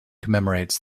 commemorates